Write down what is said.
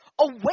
Away